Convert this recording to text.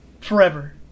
forever